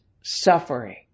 suffering